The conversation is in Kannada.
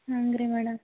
ಹಂಗೆ ರೀ ಮೇಡಮ್